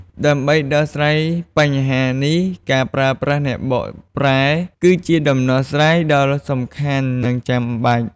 ដើម្បីដោះស្រាយបញ្ហានេះ ការប្រើប្រាស់អ្នកបកប្រែ គឺជាដំណោះស្រាយដ៏សំខាន់ និងចាំបាច់។